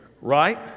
Right